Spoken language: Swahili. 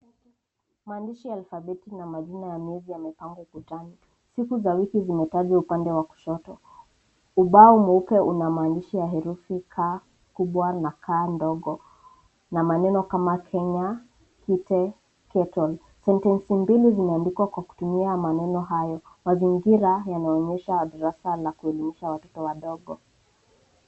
Maandishi ya alfabeti na majina ya miezi yamepangwa ukutani. Siku za wiki zimetajwa upande wa kushoto. Ubao mweupe una maandishi ya herufi ka kubwa na ka dogo na maneno kama Kenya kite, kettle .Sentensi mbili zimeandikwa kwa kutumia maneno hayo .Mazingira yanaonyesha darasa la kuelimisha watoto wadogo.